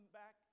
back